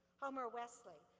homer wesley,